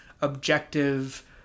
objective